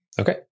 Okay